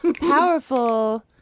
powerful